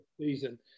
season